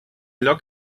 allò